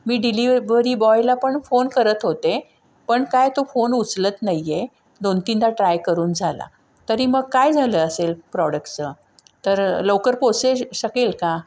मी delivery बॉयला पण phone करत होते पण काय तो फोन उचलत नाही आहे दोन तीनदा ट्राय करून झाला तरी मग काय झालं असेल प्रॉडक्ट्सचं तर लवकर पोसे शकेल का